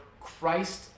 Christ